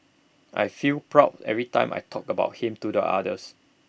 I feel proud every time I talk about him to the others